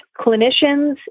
clinicians